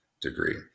degree